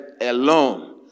alone